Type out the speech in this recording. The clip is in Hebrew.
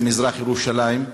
במזרח-ירושלים,